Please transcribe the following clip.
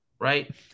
right